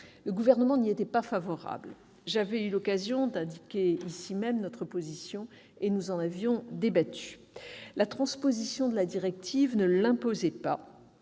Le Gouvernement n'y était pas favorable. J'avais eu l'occasion de l'indiquer ici même et nous en avions débattu. La transposition de la directive ne l'imposait pas,